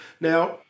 Now